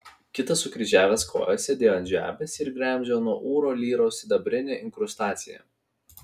kitas sukryžiavęs kojas sėdėjo ant žemės ir gremžė nuo ūro lyros sidabrinę inkrustaciją